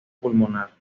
pulmonar